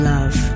Love